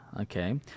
Okay